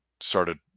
started